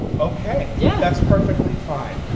okay, yeah that's perfectly fine.